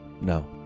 No